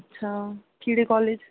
अच्छा केह्ड़े कालेज